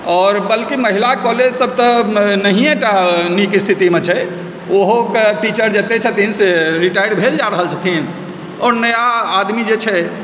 आओर बल्कि महिला कॉलेजसभ तऽ नहिए टा नीक स्थितिमे छै ओहोके टीचर जतेक छथिन से रिटायर भेल जा रहल छथिन आओर नया आदमी जे छै